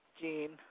Gene